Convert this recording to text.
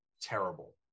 terrible